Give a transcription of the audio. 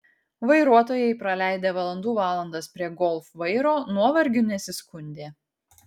vairuotojai praleidę valandų valandas prie golf vairo nuovargiu nesiskundė